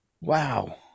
wow